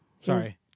Sorry